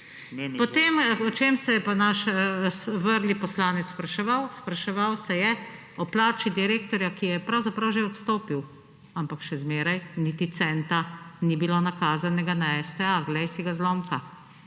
Potem, o čem se je pa naš vrli poslanec spraševal? Spraševal se je o plači direktorja. Ki je pravzaprav že odstopil, ampak še zmeraj niti centa ni bilo nakazanega na STA. Glej si ga zlomka.